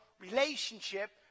relationship